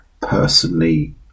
personally